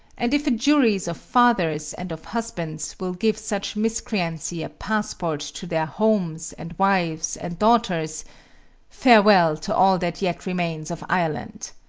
and if a jury of fathers and of husbands will give such miscreancy a passport to their homes, and wives, and daughters farewell to all that yet remains of ireland!